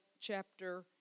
chapter